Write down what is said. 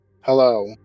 Hello